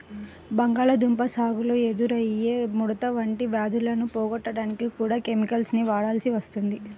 బంగాళాదుంప సాగులో ఎదురయ్యే ముడత వంటి వ్యాధులను పోగొట్టడానికి కూడా కెమికల్స్ వాడాల్సి వస్తుంది